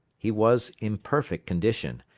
he was in perfect condition,